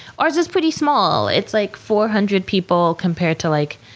ours is pretty small. it's like four hundred people, compared to, like,